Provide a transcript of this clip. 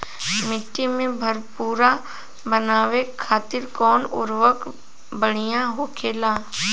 मिट्टी के भूरभूरा बनावे खातिर कवन उर्वरक भड़िया होखेला?